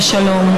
לשלום,